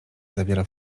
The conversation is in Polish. zawiera